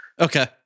Okay